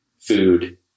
food